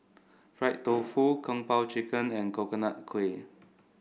Fried Tofu Kung Po Chicken and Coconut Kuih